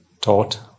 taught